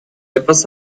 etwas